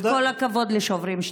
אז כל הכבוד לשוברים שתיקה.